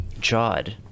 Jod